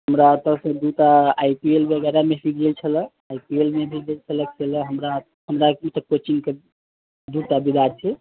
हमरा एतयसे दू टा आई पी एल वगैरह मे भी गेल छलै आई पी एल वगैरह मे भी गेल छलै खेलह हमरा एतयसे कोचिंग के दू टा विद्यर्थी